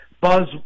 buzz